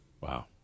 Wow